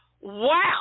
Wow